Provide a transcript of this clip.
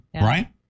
Right